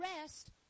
rest